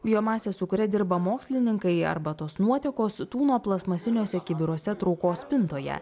biomasė su kuria dirba mokslininkai arba tos nuotekos tūno plastmasiniuose kibiruose traukos spintoje